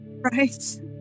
Right